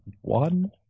one